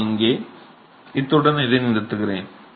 நான் இங்கே இத்துடன் இதை நிறுத்துகிறேன்